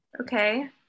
Okay